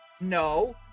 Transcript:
no